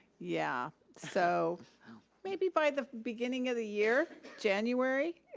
yeah. so maybe by the beginning of the year, january?